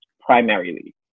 primarily